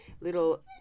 little